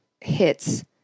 hits